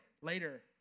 Later